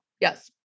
yes